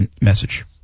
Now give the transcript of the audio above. message